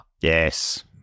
Yes